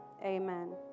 amen